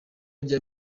rya